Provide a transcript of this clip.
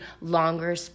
longer